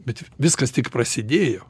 bet viskas tik prasidėjo